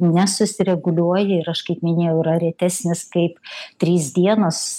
nesusireguliuoja ir aš kaip minėjau yra retesnis kaip trys dienos